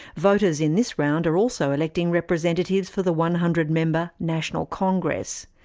voters in this round are also electing representatives for the one hundred member national congress.